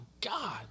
god